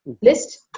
list